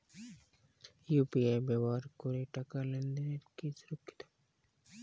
UPI ব্যবহার করে টাকা লেনদেন কি সুরক্ষিত?